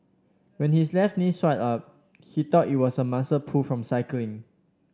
when his left knee swelled up he thought it was a muscle pull from cycling